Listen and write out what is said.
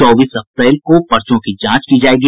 चौबीस अप्रैल को पर्चो की जांच की जायेगी